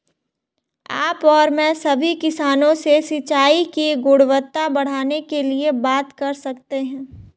आप और मैं सभी किसानों से सिंचाई की गुणवत्ता बढ़ाने के लिए बात कर सकते हैं